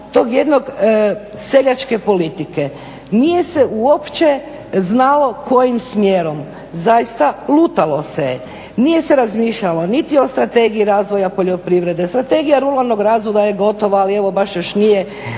tog jednog seljačke politike nije se uopće znalo kojim smjerom, zaista lutalo se je. nije se razmišljalo niti o Strategiji razvoja poljoprivrede, Strategija ruralnog razvoja je gotova ali evo baš još nije